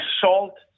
salt